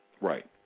Right